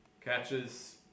catches